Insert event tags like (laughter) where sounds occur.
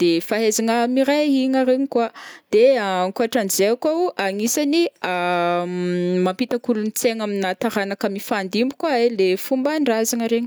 de fahaizagna miray hina regny koa, de (hesitation) ankoatran'izay koa o agnisany (hesitation) mampita kolontsaigna amina taranaka mifandimby koa ai le fombandrazagna regny.